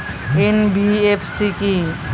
NBFC কী?